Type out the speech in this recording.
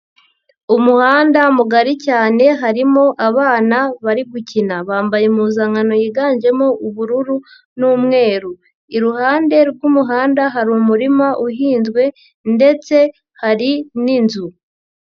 Umuhanda mugari cyane harimo abana bari gukina, bambaye impuzankan yiganjemo ubururu n'umweru, iruhande rw'umuhanda hari umurima uhinzwe ndetse hari n'inzu,